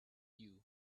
you